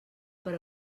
per